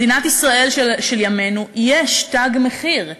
במדינת ישראל של ימינו יש תג מחיר.